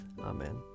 Amen